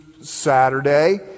Saturday